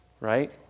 right